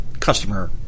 customer